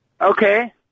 Okay